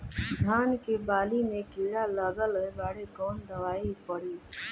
धान के बाली में कीड़ा लगल बाड़े कवन दवाई पड़ी?